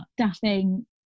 staffing